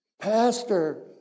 Pastor